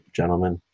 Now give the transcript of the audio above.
gentlemen